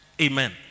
Amen